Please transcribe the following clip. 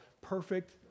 perfect